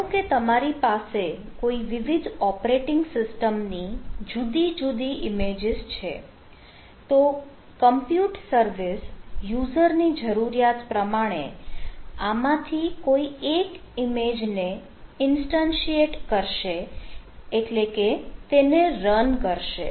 ધારો કે તમારી પાસે કોઈ વિવિધ ઓપરેટિંગ સિસ્ટમ ની જુદી જુદી ઈમેજીસ છે તો કમ્પ્યુટ સર્વિસ યુઝર ની જરૂરિયાત પ્રમાણે આમાંથી કોઈ એક ઇમેજને ઇનસ્ટન્શિયેટ કરશે એટલે કે તેને રન કરશે